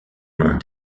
mains